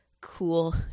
cool